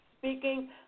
speaking